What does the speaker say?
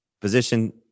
position